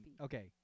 Okay